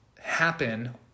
happen